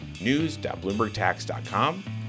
news.bloombergtax.com